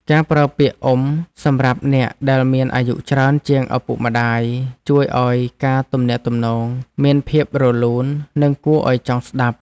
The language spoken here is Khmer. ការប្រើពាក្យអ៊ុំសម្រាប់អ្នកដែលមានអាយុច្រើនជាងឪពុកម្តាយជួយឱ្យការទំនាក់ទំនងមានភាពរលូននិងគួរឱ្យចង់ស្ដាប់។